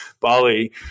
Bali